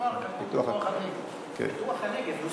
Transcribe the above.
פיתוח הכפר ופיתוח הנגב.